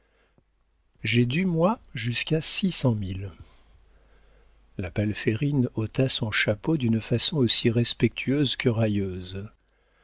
j'ai dû moi jusqu'à six cent mille la palférine ôta son chapeau d'une façon aussi respectueuse que railleuse